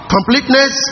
Completeness